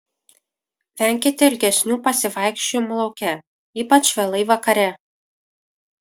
venkite ilgesnių pasivaikščiojimų lauke ypač vėlai vakare